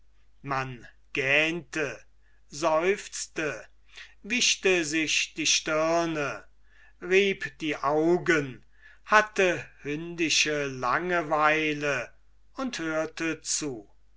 man gähnte seufzte wischte die stirne rieb die augen hatte langeweile und hörte zu